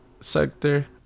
sector